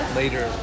later